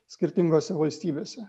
skirtingose valstybėse